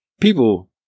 people